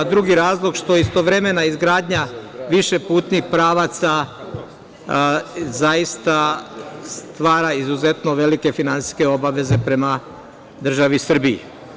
Drugi razlog je što istovremena izgradnja više putnih pravaca zaista stvara izuzetno velike finansijske obaveze prema državi Srbiji.